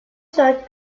zeugt